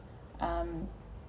um